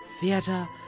Theatre